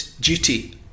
duty